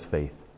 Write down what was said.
faith